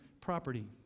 property